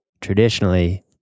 traditionally